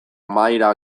mahaira